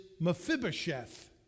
Mephibosheth